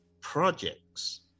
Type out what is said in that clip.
projects